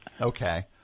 Okay